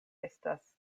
estas